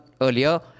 earlier